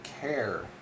care